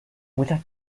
muchas